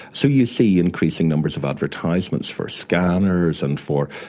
so you see increasing numbers of advertisements for scanners and for,